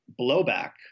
blowback